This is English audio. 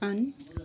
on